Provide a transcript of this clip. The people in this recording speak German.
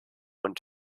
und